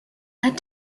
had